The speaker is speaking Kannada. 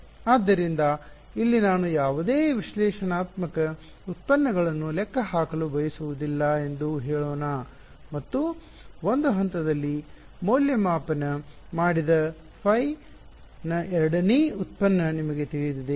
ಆದ್ದರಿಂದ ಇಲ್ಲಿ ನಾನು ಯಾವುದೇ ವಿಶ್ಲೇಷಣಾತ್ಮಕ ಉತ್ಪನ್ನಗಳನ್ನು ಲೆಕ್ಕಹಾಕಲು ಬಯಸುವುದಿಲ್ಲ ಎಂದು ಹೇಳೋಣ ಮತ್ತು ಒಂದು ಹಂತದಲ್ಲಿ ಮೌಲ್ಯಮಾಪನ ಮಾಡಿದ ಫೈ ನ ಎರಡನೇ ಉತ್ಪನ್ನ ನಿಮಗೆ ತಿಳಿದಿದೆ